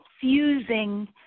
fusing